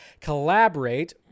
collaborate